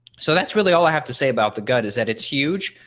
so that's really all i have to say about the gut is that it's huge.